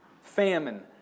famine